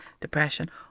depression